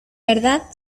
verdad